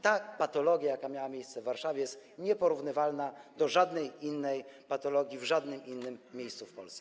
Ta patologia, jaka miała miejsce w Warszawie, jest nieporównywalna do żadnej innej patologii w żadnym innym miejscu w Polsce.